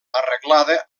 arreglada